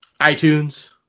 itunes